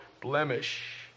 blemish